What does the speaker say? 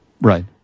Right